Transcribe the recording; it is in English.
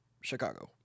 Chicago